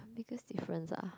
biggest difference ah